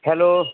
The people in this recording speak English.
hello